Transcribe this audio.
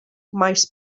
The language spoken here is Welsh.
maes